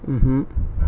mmhmm